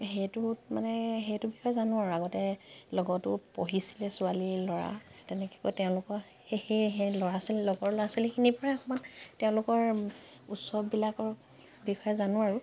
সেইটোত মানে সেইটো বিষয়ে জানো আৰু আগতে লগতো পঢ়িছিলে ছোৱালী ল'ৰা তেনেকৈ তেওঁলোকৰ সেই সেয়ে সেই ল'ৰা ছোৱালী লগৰ ল'ৰা ছোৱালীখিনিৰ পৰাই অকমান তেওঁলোকৰ উৎসৱবিলাকৰ বিষয়ে জানো আৰু